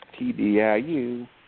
TDIU